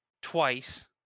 twice